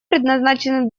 предназначены